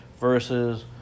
versus